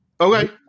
Okay